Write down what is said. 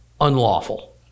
unlawful